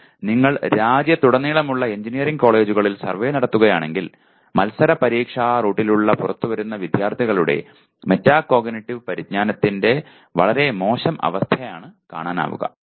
എന്നാൽ നിങ്ങൾ രാജ്യത്തുടനീളമുള്ള എഞ്ചിനീയറിംഗ് കോളേജുകളിൽ സർവേ നടത്തുകയാണെങ്കിൽ മത്സരപരീക്ഷാ റൂട്ടിലൂടെ പുറത്തുവരുന്ന വിദ്യാർത്ഥികളുടെ മെറ്റാകോഗ്നിറ്റീവ് പരിജ്ഞാനത്തിന്റെ വളരെ മോശം അവസ്ഥയാണ് കാണാനാവുക